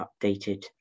updated